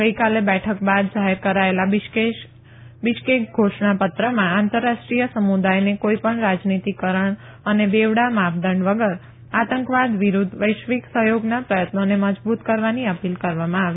ગઈકાલે બેઠક બાદ જાહેર કરાયેલા બિશ્કેક ઘોષણાપત્રમાં આંતરરાષ્ટ્રીય સમુદાયને કોઈપણ રાજનીતીકરણ અને બેવડા માપદંડના આતંકવાદ વિરૂધ્ધ વૈશ્વિક સહયોગના પ્રયત્નોને મજબુત કરવાની અપીલ કરવામાં આવી